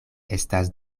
estas